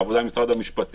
לעבודה עם משרד המשפטים,